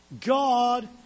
God